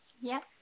Yes